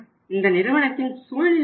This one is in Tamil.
இந்த நிறுவனத்தின் சூழ்நிலை என்ன